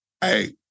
hey